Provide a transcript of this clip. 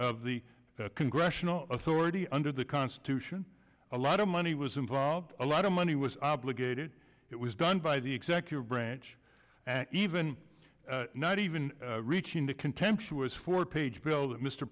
of the congressional authority under the constitution a lot of money was involved a lot of money was obligated it was done by the executive branch and even not even reaching the contemptuous four page bill that mr